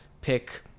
pick